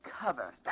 cover